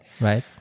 Right